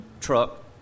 truck